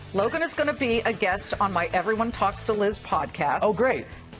logan is going to be a guest on my everyone talks to liz podcast. oh, great.